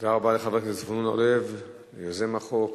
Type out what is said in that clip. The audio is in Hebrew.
תודה רבה לחבר הכנסת זבולון אורלב, יוזם החוק.